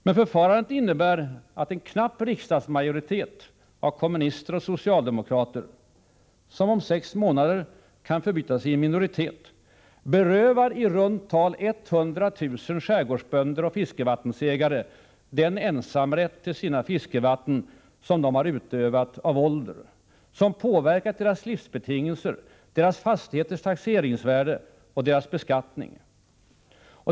Men förfarandet innebär att en knapp riksdagsmajoritet av kommunister och socialdemokrater — som om sex månader kan förbytas i en minoritet — berövar i runt tal 100 000 skärgårdsbönder och fiskevattensägare den ensamrätt till sina fiskevatten som de har utövat av ålder, fiskevatten som har påverkat deras livsbetingelser, deras fastigheters taxeringsvärden och deras beskattning.